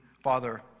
father